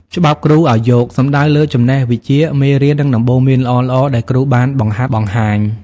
«ច្បាប់គ្រូឱ្យយក» សំដៅលើចំណេះវិជ្ជា មេរៀន និងដំបូន្មានល្អៗដែលគ្រូបានបង្ហាត់បង្ហាញ។